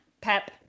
Pep